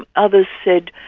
um others said,